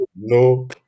no